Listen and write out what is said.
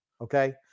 Okay